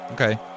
Okay